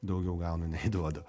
daugiau gaunu nei duodu